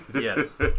Yes